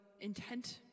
intent